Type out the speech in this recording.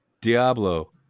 Diablo